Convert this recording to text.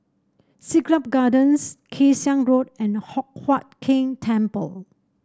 Siglap Gardens Kay Siang Road and Hock Huat Keng Temple